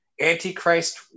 antichrist